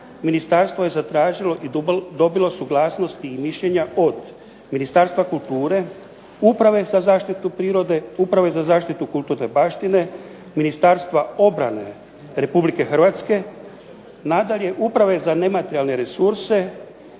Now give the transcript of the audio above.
Ministarstvo je zatražilo i dobilo suglasnosti i mišljenja od Ministarstva kulture, uprave za zaštitu prirode, Uprave za zaštitu kulturne baštine, Ministarstva obrane Republike Hrvatske, nadalje Uprave za nematerijalne resurse